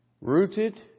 Rooted